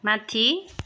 माथि